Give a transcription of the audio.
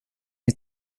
les